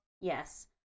Yes